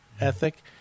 ethic